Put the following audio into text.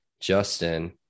Justin